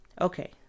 Okay